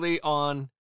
on